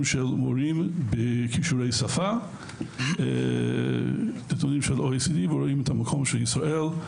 של מורים בכישורי שפה ורואים את המקום של ישראל.